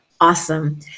Awesome